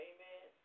Amen